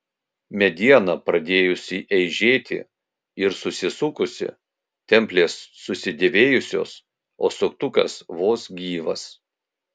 mediena pradėjusi eižėti ir susisukusi templės susidėvėjusios o suktukas vos gyvas